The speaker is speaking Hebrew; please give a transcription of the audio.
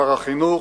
שר החינוך,